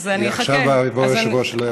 עכשיו יבוא יושב-ראש שלא יפריע.